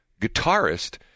guitarist